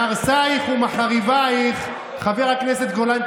"מהרסיך ומחריביך" חבר הכנסת גולן,